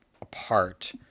apart